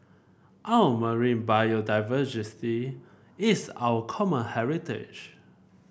our marine biodiversity is our common heritage